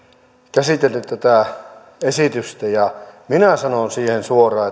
käsitelty tätä esitystä ja minä sanon siihen suoraan